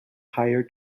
higher